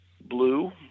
blue